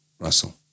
Russell